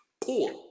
poor